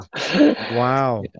Wow